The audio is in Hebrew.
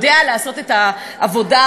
יודע לעשות את העבודה,